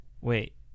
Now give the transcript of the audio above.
wait